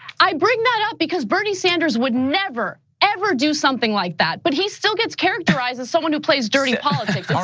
i bring that up because bernie sanders would never ever do something like that. but he still gets characterized as someone who plays dirty politics.